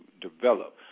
develop